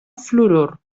fluorur